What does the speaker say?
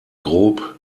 grob